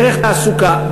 דרך תעסוקה,